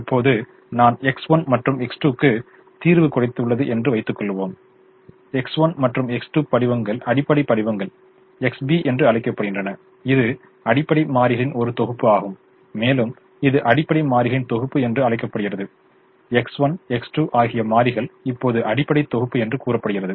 இப்போது நான் X1 மற்றும் X2 க்கு தீர்வு கிடைத்துள்ளது என்று வைத்துக் கொள்வோம் X1 மற்றும் X2 படிவங்கள் அடிப்படை வடிவங்கள் XB என்று அழைக்கப்படுகின்றன இது அடிப்படை மாறிகளின் ஒரு தொகுப்பு ஆகும் மேலும் இது அடிப்படை மாறிகளின் தொகுப்பு என்று அழைக்கப்படுகிறது X1 X2 ஆகிய மாறிகள் இப்போது அடிப்படை தொகுப்பு என்று கூறப்படுகிறது